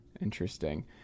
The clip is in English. Interesting